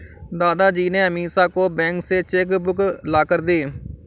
दादाजी ने अमीषा को बैंक से चेक बुक लाकर दी